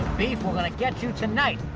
beef, we're gonna get you tonight.